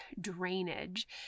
drainage